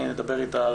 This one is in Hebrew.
אני אדבר איתה,